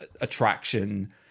attraction